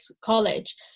college